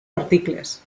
articles